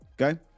okay